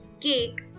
cake